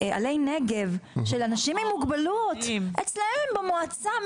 עלי נגב, של אנשים עם מוגבלות, אצלם במועצה.